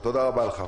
תודה רבה לך.